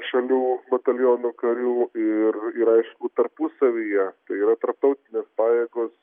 šalių bataliono karių ir ir aišku tarpusavyje tai yra tarptautinės pajėgos